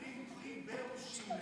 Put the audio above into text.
אומרים פרי באושים.